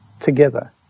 together